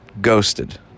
Ghosted